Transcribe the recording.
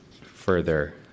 further